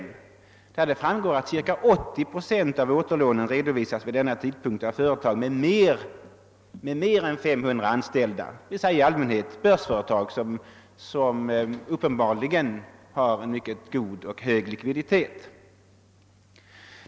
Av den utredningen framgår att cirka 80 procent av återlånen vid denna tidpunkt redovisades av företag med mer än 500 anställda, d.v.s. i allmänhet affärsföretag som uppenbarligen har mycket god och hög likviditet.